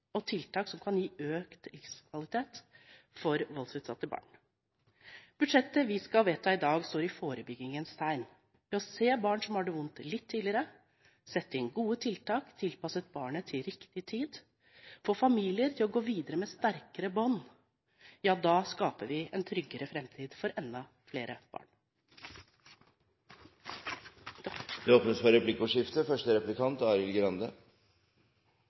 av tiltak som kan gi økt livskvalitet for voldsutsatte barn. Budsjettet vi skal vedta i dag, står i forebyggingens tegn. Ved å se barn som har det vondt, litt tidligere, sette inn gode tiltak tilpasset barnet til riktig tid og få familier til å gå videre med sterkere bånd skaper vi en tryggere framtid for enda flere barn. Det åpnes for replikkordskifte.